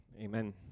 Amen